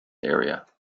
area